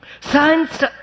Science